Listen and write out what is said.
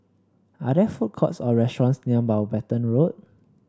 are there food courts or restaurants near Mountbatten Road